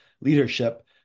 leadership